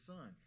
Son